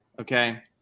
Okay